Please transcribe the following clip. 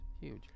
huge